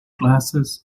glasses